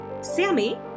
Sammy